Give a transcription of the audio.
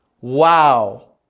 wow